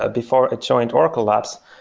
ah before i joined oracle labs,